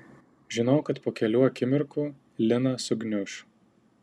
žinojau kad po kelių akimirkų lina sugniuš